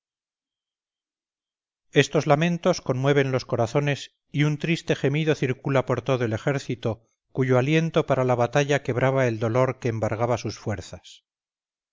estos lamentos conmueven los corazones y un triste gemido circula por todo el ejército cuyo aliento para la batalla quebranta el dolor que embarga sus fuerzas